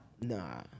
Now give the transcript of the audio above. Nah